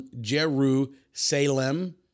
Jerusalem